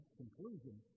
conclusion